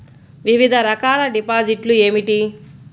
వివిధ రకాల డిపాజిట్లు ఏమిటీ?